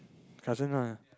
cousin lah